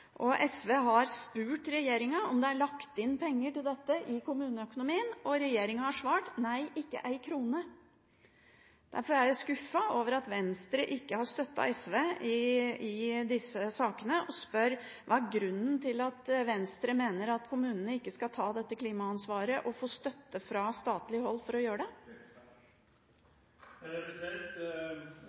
SV har spurt regjeringen om det er lagt inn penger til dette i kommuneøkonomien, og regjeringen har svart: Nei, ikke ei krone. Derfor er jeg skuffet over at Venstre ikke har støttet SV i disse sakene, og jeg spør: Hva er grunnen til at Venstre mener at kommunene ikke skal ta dette klimaansvaret og få støtte fra statlig hold for å gjøre det? Representanten Andersen har helt rett i at klima er